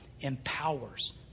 empowers